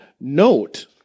Note